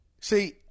See